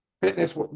fitness